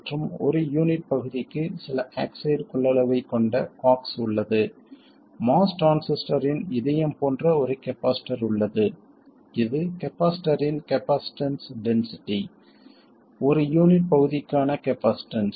மற்றும் ஒரு யூனிட் பகுதிக்கு சில ஆக்சைடு கொள்ளளவைக் கொண்ட C ox உள்ளது MOS டிரான்சிஸ்டரின் இதயம் போன்ற ஒரு கப்பாசிட்டர் உள்ளது இது கப்பாசிட்டர்ரின் கப்பாசிட்டன்ஸ் டென்சிட்டி ஒரு யூனிட் பகுதிக்கான கப்பாசிட்டன்ஸ்